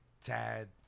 Tad